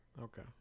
Okay